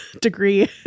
degree